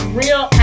real